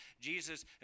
Jesus